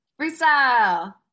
Freestyle